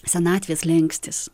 senatvės slenkstis